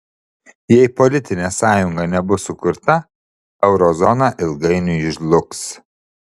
jei politinė sąjunga nebus sukurta euro zona ilgainiui žlugs